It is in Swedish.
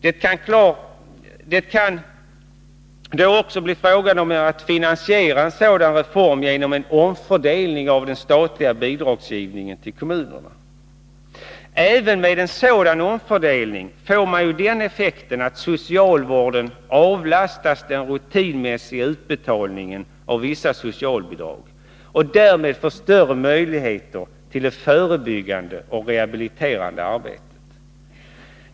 Det kan då också bli fråga om att finansiera en sådan reform genom en omfördelning inom den statliga bidragsgivningen till kommunerna. Även med en sådan omfördelning får man ju den effekten att socialvården avlastas den rutinmässiga utbetalningen av vissa socialbidrag och därmed får större möjligheter till det förebyggande och rehabiliterande arbetet.